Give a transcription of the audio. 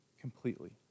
completely